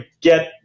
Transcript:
get